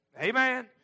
Amen